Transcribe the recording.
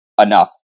enough